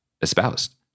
espoused